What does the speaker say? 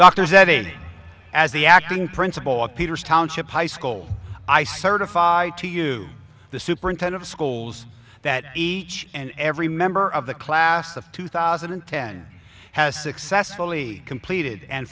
doctors that in as the acting principal of peter's township high school i certify the superintendent of schools that each and every member of the class of two thousand and ten has successfully completed and